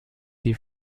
die